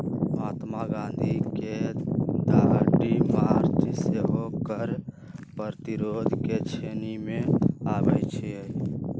महात्मा गांधी के दांडी मार्च सेहो कर प्रतिरोध के श्रेणी में आबै छइ